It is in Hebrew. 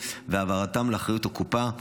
והעברתם לאחריות הקופה,